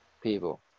People